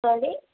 sorry